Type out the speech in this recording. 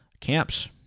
camps